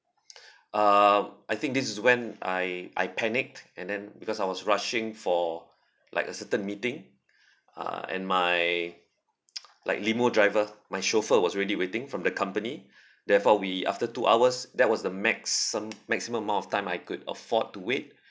uh I think this is when I I panicked and then because I was rushing for like a certain meeting uh and my like limo driver my chauffeur was already waiting from the company therefore we after two hours that was the maxim~ maximum amount of time I could afford to wait